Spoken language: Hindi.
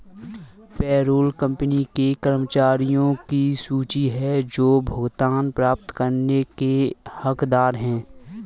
पेरोल कंपनी के कर्मचारियों की सूची है जो भुगतान प्राप्त करने के हकदार हैं